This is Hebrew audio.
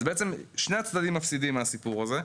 אז בעצם שני הצדדים מפסידים על הסיפור הזה.